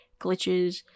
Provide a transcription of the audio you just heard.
glitches